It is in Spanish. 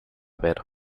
ver